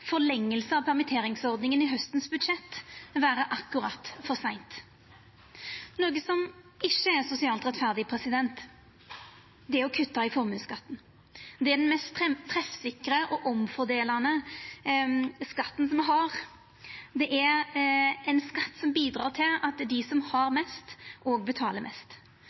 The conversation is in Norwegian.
av permitteringsordninga i budsjettet til hausten vera akkurat for seint. Noko som ikkje er sosialt rettferdig, er å kutta i formuesskatten. Det er den mest treffsikre og omfordelande skatten me har. Det er ein skatt som bidreg til at dei som har mest, òg betalar mest.